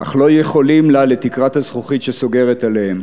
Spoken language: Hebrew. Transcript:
אך לא יכולים לה, לתקרת הזכוכית שסוגרת עליהם.